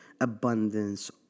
abundance